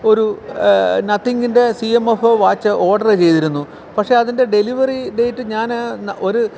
ഒരൂ നത്തിങ്ങിൻ്റെ C M F watch order ചെയ്തിരുന്നു പക്ഷേ അതിൻ്റെ ഡെലിവെറീ ഡേയ്റ്റ് ഞാൻ ഒരു